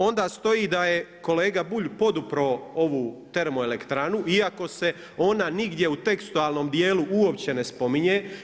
Onda stoji da je kolega Bulj podupro ovu Termoelektranu iako se ona nigdje u tekstualnom dijelu uopće ne spominje.